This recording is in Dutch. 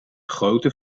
grootte